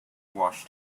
wash